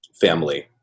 family